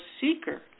seeker